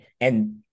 And-